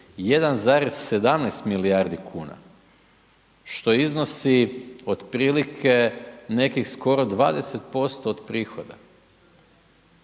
1,17 milijarde kn. Što iznosi otprilike nekih skoro 20% od prihoda.